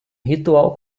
ritual